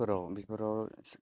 फोराव बेफोराव